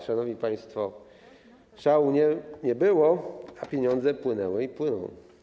Szanowni państwo, szału nie było, a pieniądze płynęły i płyną.